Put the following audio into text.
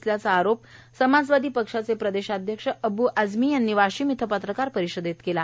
असा आरोप समाजवादी पक्षाचे प्रदेश अध्यक्ष अब् आझमी यांनी वाशिम इथं पत्रकार परिषदेत केला